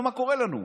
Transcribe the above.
ומה קורה לנו,